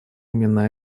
именно